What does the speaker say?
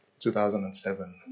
2007